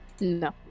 No